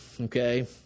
Okay